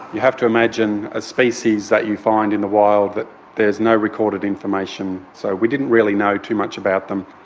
you have to imagine a species that you find in the wild that there is no recorded information. so we didn't really know too much about them.